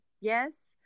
Yes